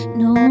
no